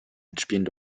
mitspielen